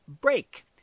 break